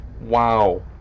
Wow